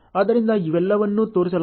ಆದ್ದರಿಂದ ಇವೆಲ್ಲವನ್ನೂ ತೋರಿಸಲಾಗಿದೆ